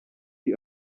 iyi